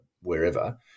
wherever